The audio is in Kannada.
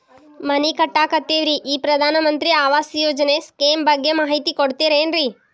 ಮನಿ ಕಟ್ಟಕತೇವಿ ರಿ ಈ ಪ್ರಧಾನ ಮಂತ್ರಿ ಆವಾಸ್ ಯೋಜನೆ ಸ್ಕೇಮ್ ಬಗ್ಗೆ ಮಾಹಿತಿ ಕೊಡ್ತೇರೆನ್ರಿ?